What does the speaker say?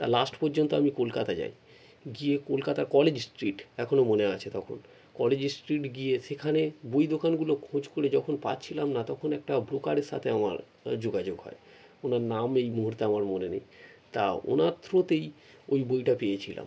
তা লাস্ট পর্যন্ত আমি কলকাতা যাই গিয়ে কলকাতা কলেজ স্ট্রিট এখনও মনে আছে তখন কলেজ স্ট্রিট গিয়ে সেখানে বই দোকানগুলো খোঁজ করে যখন পাচ্ছিলাম না তখন একটা ব্রোকারের সাথে আমার যোগাযোগ হয় ওনার নাম এই মুহূর্তে আমার মনে নেই তা ওনার থ্রুতেই ওই বইটা পেয়েছিলাম